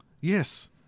Yes